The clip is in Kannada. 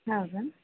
ಹೌದಾ